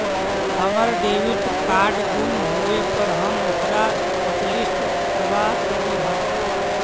हमर debit card गुम होवे पर हम ओकरा हॉटलिस्ट करवा देली हल